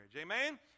Amen